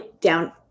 down